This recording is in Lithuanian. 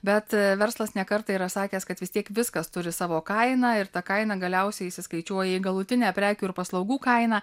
bet verslas ne kartą yra sakęs kad vis tiek viskas turi savo kainą ir ta kaina galiausiai įsiskaičiuoja į galutinę prekių ir paslaugų kainą